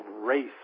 race